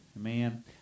Amen